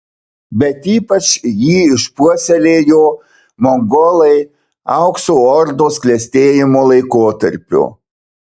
bet ypač jį išpuoselėjo mongolai aukso ordos klestėjimo laikotarpiu